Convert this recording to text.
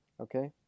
okay